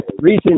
recent